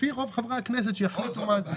לפי רוב חברי הכנסת שיחליטו מה זה.